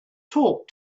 talk